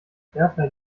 berta